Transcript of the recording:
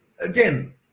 again